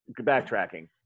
backtracking